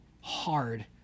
hard